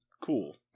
Cool